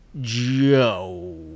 Joe